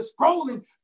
scrolling